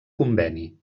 conveni